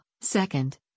Second